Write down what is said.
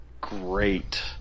great